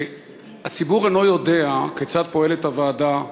הציבור אינו יודע כיצד פועלת הוועדה,